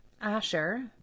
asher